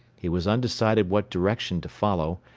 he was undecided what direction to follow,